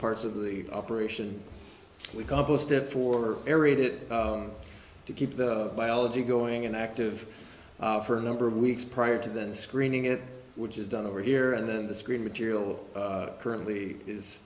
parts of the operation we compost it for buried it to keep the biology going and active for a number of weeks prior to then screening it which is done over here and then the screen material currently is